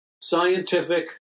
scientific